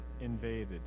invaded